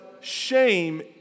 shame